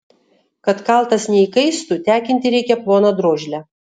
kad kaltas neįkaistų tekinti reikia ploną drožlę